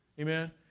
Amen